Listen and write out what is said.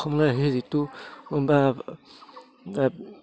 অসমলৈ আহি যিটো বা